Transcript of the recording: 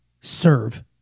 serve